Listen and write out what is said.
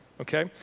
Okay